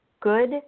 good